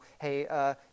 hey